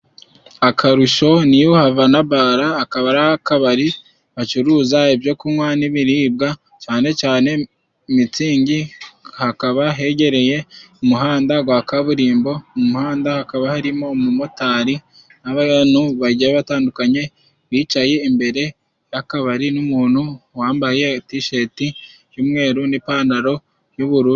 Akarusho ni iyo havana bara, akaba ari akabari bacuruza ibyo kunywa n'ibiribwa cyane cyane Mitsingi, hakaba hegereye umuhanda gwa kaburimbo, mu muhanda hakaba harimo umumotari n'abantu bagiye batandukanye bicaye imbere y'akabari n'umuntu wambaye tisheti y'umweru n'ipantaro y'ubururu.